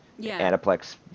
Anaplex